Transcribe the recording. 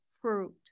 fruit